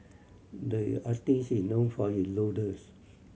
the artist is known for his doodles